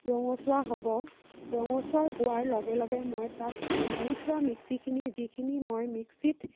ৰঙচুৱা হ'ব ৰঙচুৱা হোৱাৰ লগে লগে মই তাত মাৰি থোৱা মিক্সিখিনি যিখিনি মই মিক্সত